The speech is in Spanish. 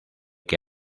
que